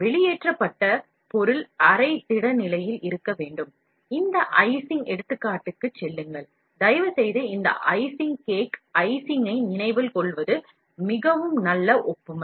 வெளியேற்றப்பட்ட பொருள் அரை திட நிலையில் இருக்க வேண்டும் இந்த ஐசிங் எடுத்துக்காட்டுக்குச் செல்லுங்கள் தயவுசெய்து இந்த ஐசிங் கேக் ஐசிங்கை நினைவில் கொள்க இது மிகவும் நல்ல ஒப்புமை